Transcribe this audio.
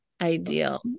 ideal